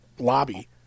lobby